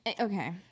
okay